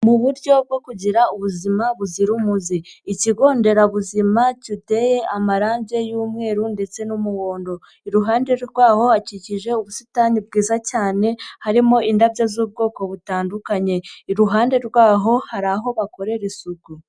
Mu buryo bwo kugira ubuzima buzira umuze, ikigo nderabuzima giteye amarange y'umweru ndetse n'umuhondo, iruhande rwaho hakikije ubusitani bwiza cyane harimo indabyo z'ubwoko butandukanye, iruhande rwaho hari aho bakorera isuku.